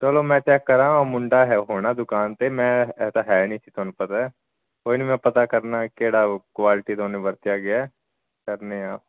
ਚਲੋ ਮੈਂ ਚੈੱਕ ਕਰਾਂ ਓਹ ਮੁੰਡਾ ਹੋਣਾ ਦੁਕਾਨ 'ਤੇ ਮੈਂ ਇਹ ਤਾਂ ਹੈ ਨਹੀਂ ਸੀ ਤੁਹਾਨੂੰ ਪਤਾ ਕੋਈ ਨਹੀਂ ਮੈਂ ਪਤਾ ਕਰਦਾ ਕਿਹੜਾ ਉਹ ਕੁਆਲਿਟੀ ਦਾ ਉਹਨੇ ਵਰਤਿਆ ਗਿਆ ਕਰਦੇ ਹਾਂ